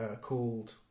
called